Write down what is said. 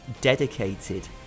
dedicated